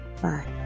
Bye